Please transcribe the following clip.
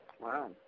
Wow